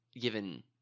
given